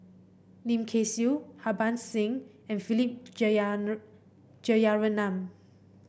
Lim Kay Siu Harbans Singh and Philip Jeyaretnam